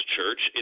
Church